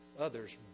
others